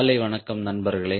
காலை வணக்கம் நண்பர்களே